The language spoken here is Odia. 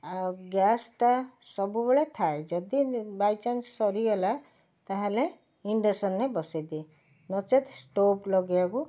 ଆଉ ଗ୍ୟାସ୍ଟା ସବୁବେଳେ ଥାଏ ଯଦି ବାଇଚାନ୍ସ୍ ସରିଗଲା ତା'ହେଲେ ଇଣ୍ଡକ୍ସନ୍ରେ ବସେଇ ଦିଏ ନଚେତ୍ ଷ୍ଟୋଭ ଲଗାଇବାକୁ